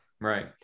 right